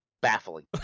baffling